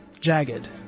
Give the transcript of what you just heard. jagged